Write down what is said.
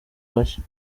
bashya